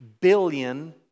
billion